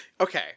okay